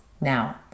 now